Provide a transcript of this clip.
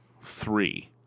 three